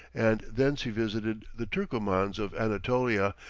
and thence he visited the turkomans of anatolia,